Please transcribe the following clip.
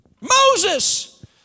Moses